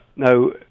Now